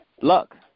Luck